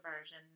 version